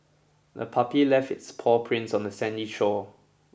the puppy left its paw prints on the sandy shore